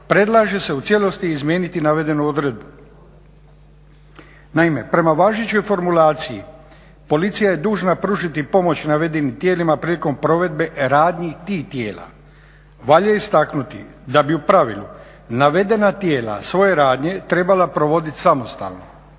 predlaže se u cijelosti izmijeniti navedenu odredbu. Naime, prema važećoj formulaciji policija je dužna pružiti pomoć navedenim tijelima prilikom provedbe radnje tih tijela. Valja istaknuti da bi u pravilu navedena tijela svoje radnje trebala provoditi samostalno,